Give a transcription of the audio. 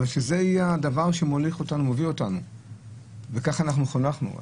אבל שזה יהיה הדבר שמוליך אותנו וכך חונכנו.